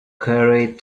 carried